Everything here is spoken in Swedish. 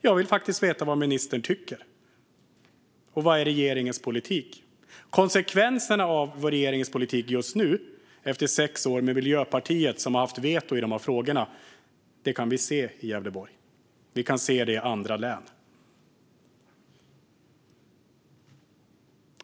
Jag vill faktiskt veta vad ministern tycker och vad som är regeringens politik. Konsekvenserna av regeringens politik just nu, efter sex år med Miljöpartiet som har haft veto i de här frågorna, kan vi se i Gävleborg och andra län.